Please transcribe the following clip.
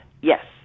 yes